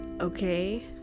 okay